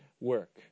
work